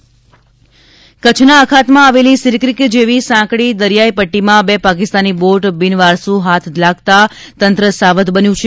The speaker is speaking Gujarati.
પાકિસ્તાની બોટ પકડાઇ કચ્છના અખાતમાં આવેલી સિરક્રિક જેવી સાંકડી દરિયાઇ પટ્ટીમાં બે પાકિસ્તાની બોટ બિનવારસુ હાથ લાગતા તંત્ર સાવધ બન્યું છે